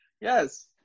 yes